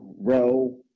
row